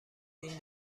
این